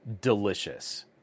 delicious